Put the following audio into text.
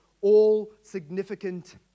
all-significant